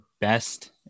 best